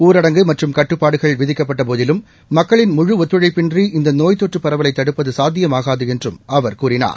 ஊரடங்கு மற்றும் கட்டுப்பாடுகள் விதிக்கப்பட்ட போதிலும் மக்களின் முழு ஒத்தழைப்பின்றி இந்த நோய் தொற்று பரவலை தடுப்பது சாத்தியமாகாது என்றும் அவர் கூறினார்